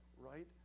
right